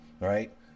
Right